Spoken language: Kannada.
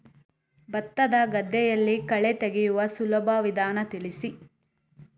ಭತ್ತದ ಗದ್ದೆಗಳಲ್ಲಿ ಕಳೆ ತೆಗೆಯುವ ಸುಲಭ ವಿಧಾನ ತಿಳಿಸಿ?